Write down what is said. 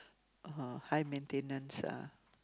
uh high maintenance ah